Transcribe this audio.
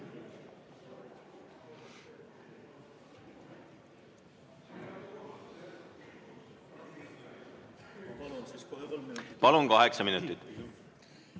Palun, kaheksa minutit!